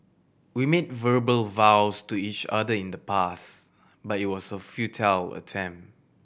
we made verbal vows to each other in the past but it was a futile attempt